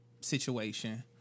situation